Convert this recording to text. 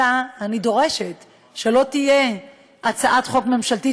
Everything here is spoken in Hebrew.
אלא אני דורשת שלא תהיה הצעת חוק ממשלתית